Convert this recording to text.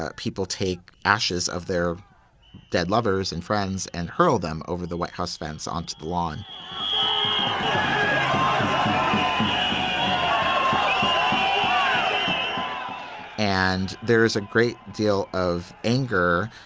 ah people take ashes of their dead lovers and friends and hurl them over the white house fence onto the lawn um and there is a great deal of anger,